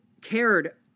cared